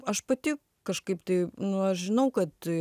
aš pati kažkaip tai nu aš žinau kad